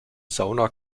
sauna